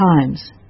times